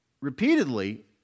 repeatedly